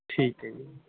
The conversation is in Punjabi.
ਠੀਕ ਹੈ ਜੀ